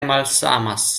malsamas